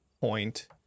point